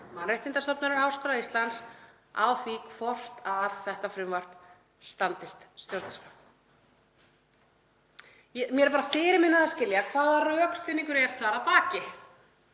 Mannréttindastofnunar Háskóla Íslands á því hvort þetta frumvarp standist stjórnarskrá. Mér er fyrirmunað að skilja hvaða rökstuðningur er þar að baki.